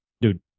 dude